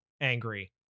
angry